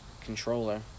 controller